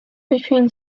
between